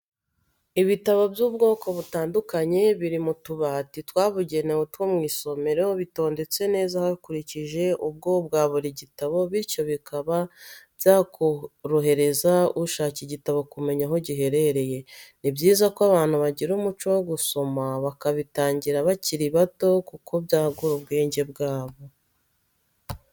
Ibitabo by'ubwoko butandukanye biri mu tubati twabugenewe two mw'isomero, bitondetse neza hakurikijwe ubwo bwa buri gitabo bityo bikaba byakorohereza ushaka igitabo kumenya aho giherereye, ni byiza ko abantu bagira umuco wo gusoma bakabitangira bakiri bato kuko byagura ubwenge bwabo.